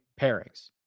pairings